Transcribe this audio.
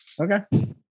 Okay